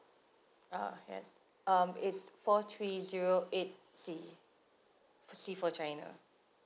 ah yes um it's four three zero eight C C for china